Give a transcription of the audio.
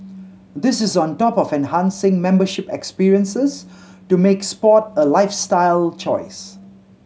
this is on top of enhancing membership experiences to make sport a lifestyle choice